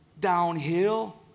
downhill